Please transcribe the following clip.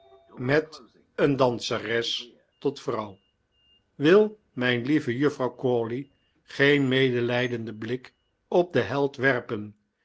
met een danseres tot vrouw wil mijn lieve juffrouw crawley geen medelijdenden blik op den held werpen